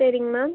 சரிங்க மேம்